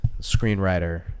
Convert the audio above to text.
screenwriter